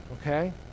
okay